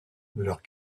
leurs